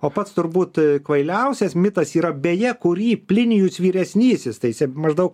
o pats turbūt kvailiausias mitas yra beje kurį plinijus vyresnysis tai jisai maždaug